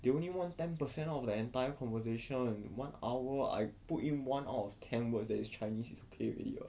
they only want ten percent of the entire conversation one hour I put one out of ten words that is chinese is okay already [what]